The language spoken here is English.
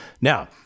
Now